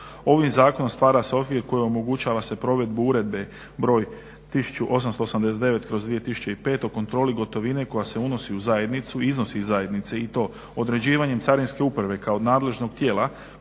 Ovim Zakonom stvara se okvir kojim omogućava se provedbu Uredbe br. 1889/2005. o kontroli gotovine koja se unosi u zajednicu i iznosi iz zajednice i to određivanjem carinske uprave kao od nadležnog tijela